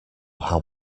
how